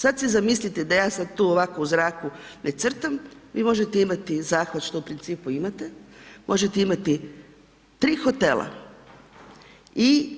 Sada se zamislite da ja sada tu ovako u zraku nacrtam, vi možete ima zakon što u principu imate, možete imati tri hotela i